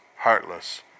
heartless